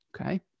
okay